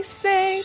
say